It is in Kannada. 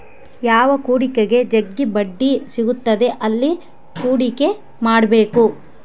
ಯಾವ ಹೂಡಿಕೆಗ ಜಗ್ಗಿ ಬಡ್ಡಿ ಸಿಗುತ್ತದೆ ಅಲ್ಲಿ ಹೂಡಿಕೆ ಮಾಡ್ಬೇಕು